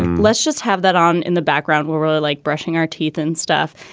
let's just have that on in the background. we're really like brushing our teeth and stuff.